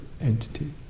entity